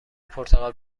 پرتغال